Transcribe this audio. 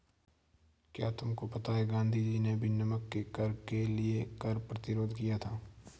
क्या तुमको पता है गांधी जी ने भी नमक के कर के लिए कर प्रतिरोध किया था